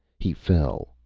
he fell,